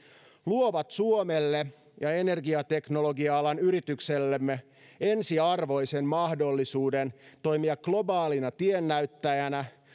luovat suomelle ja energiateknologia alan yrityksillemme ensiarvoisen mahdollisuuden toimia globaalina tiennäyttäjänä